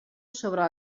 sobre